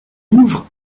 ouvre